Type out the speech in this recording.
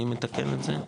מי מתקן את זה?